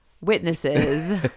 witnesses